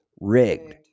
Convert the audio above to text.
rigged